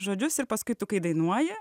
žodžius ir paskui tu kai dainuoji